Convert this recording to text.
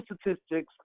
statistics